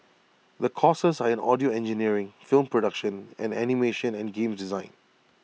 the courses are in audio engineering film production and animation and games design